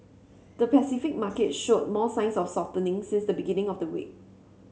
the Pacific market showed more signs of softening since the beginning of the week